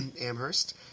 Amherst